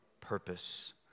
purpose